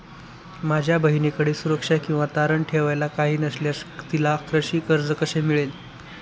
माझ्या बहिणीकडे सुरक्षा किंवा तारण ठेवायला काही नसल्यास तिला कृषी कर्ज कसे मिळेल?